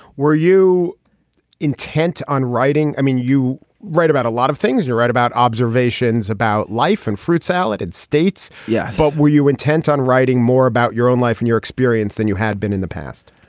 were you intent on writing. i mean you write about a lot of things you write about observations about life and fruit salad and states. yeah. but were you intent on writing more about your own life and your experience than you had been in the past